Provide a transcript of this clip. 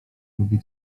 lubi